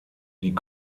die